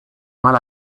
mal